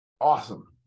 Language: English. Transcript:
awesome